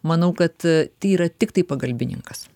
manau kad tai yra tiktai pagalbininkas